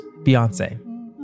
Beyonce